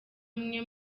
umwe